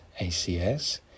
ACS